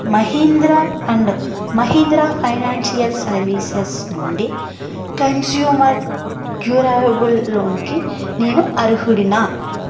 Mahindra and Mahindra financial services నుండి consumer durable లోన్కి నేను అర్హుడినా